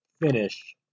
finish